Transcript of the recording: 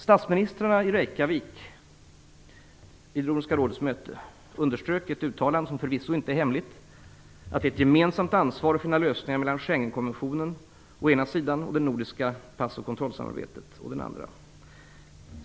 Statsministrarna underströk vid Nordiska rådets möte i Reykjavik i ett uttalande, som förvisso inte är hemligt, det gemensamma ansvaret för att finna lösningar mellan Schengenkonventionen å ena sidan och det nordiska pass och tullsamarbetet å den andra.